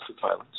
violence